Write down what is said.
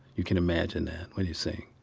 you can imagine that when you sing,